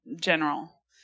general